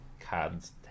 Cards